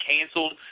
canceled